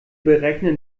berechnen